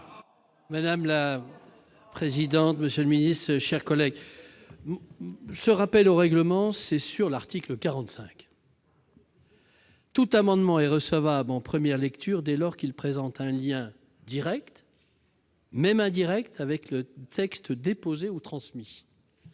Madame la présidente, monsieur le ministre, mes chers collègues, mon rappel au règlement se fonde sur l'article 45 de la Constitution :« tout amendement est recevable en première lecture dès lors qu'il présente un lien direct, même indirect, avec le texte déposé ou transmis